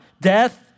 Death